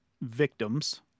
victims